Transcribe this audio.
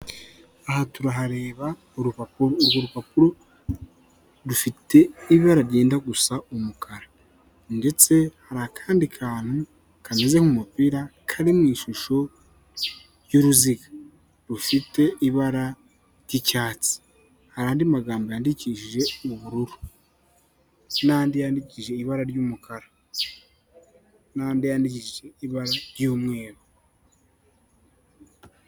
Aha turahareba urupapuro urwo rupapuro rufite ibara ryenda gusa umukara ndetse hari akandi kantu kameze nk'umupira kari mu ishusho y'uruziga rufite ibara ry'icyatsi hari andi magambo yandikishije ubururu n'andi yandikishije ibara ry'umukara n'andi yandikishije ibara ry'umweru.